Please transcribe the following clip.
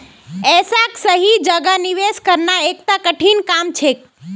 ऐसाक सही जगह निवेश करना एकता कठिन काम छेक